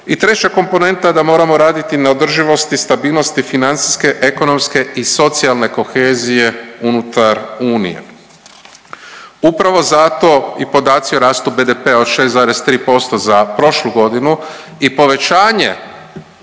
i treća komponenta da moramo raditi na održivosti stabilnosti financijske, ekonomske i socijalne kohezije unutar Unije. Upravo zato i podaci o rastu BDP-a od 6,3% za prošlu godinu i povećanje